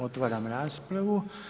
Otvaram raspravu.